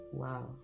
wow